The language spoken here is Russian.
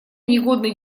негодной